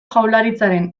jaurlaritzaren